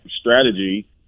strategy